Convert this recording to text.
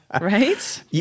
Right